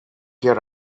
hear